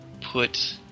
put